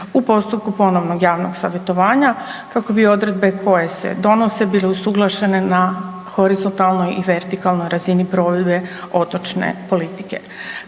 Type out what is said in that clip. u postupku ponovnog javnog savjetovanja kako bi provedbe koje se donose bile usuglašene na horizontalnoj i vertikalnoj razini provedbe otočne politike.